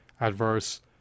adverse